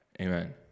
Amen